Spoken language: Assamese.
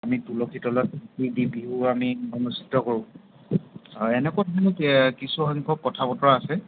আমি তুলসীৰ তলত বিহু আমি অনুষ্ঠিত কৰোঁ আৰু এনেকুৱা ধৰণতে কিছু সংখ্যক কথা বতৰা আছে